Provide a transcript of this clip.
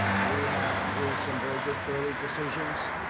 we have, through some very good early decisions,